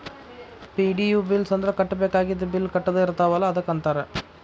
ಪೆ.ಡಿ.ಯು bills ಅಂದ್ರ ಕಟ್ಟಬೇಕಾಗಿದ್ದ bill ಕಟ್ಟದ ಇರ್ತಾವಲ ಅದಕ್ಕ ಅಂತಾರ